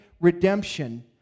redemption